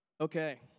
Okay